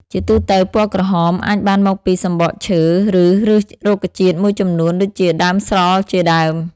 ជាទូទៅ ពណ៌ក្រហមអាចបានមកពីសំបកឈើឬឫសរុក្ខជាតិមួយចំនួនដូចជាដើមស្រល់ជាដើម។